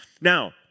Now